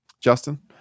Justin